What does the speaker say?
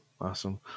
Awesome